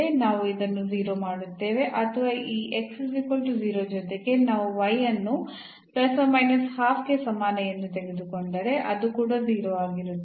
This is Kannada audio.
ನಾವು ಇದನ್ನು 0 ಮಾಡುತ್ತೇವೆ ಅಥವಾ ಈ ಜೊತೆಗೆ ನಾವು y ಅನ್ನು ಗೆ ಸಮಾನ ಎಂದು ತೆಗೆದುಕೊಂಡರೆ ಅದು ಕೂಡ 0 ಆಗಿರುತ್ತದೆ